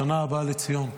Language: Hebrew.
בשנה הבאה בציון.